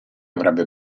avrebbe